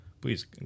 please